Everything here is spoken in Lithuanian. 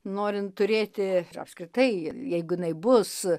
norint turėti apskritai jeigu jinai bus